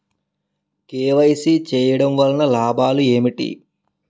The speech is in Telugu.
కే.వై.సీ చేయటం వలన లాభాలు ఏమిటి?